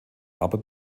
aber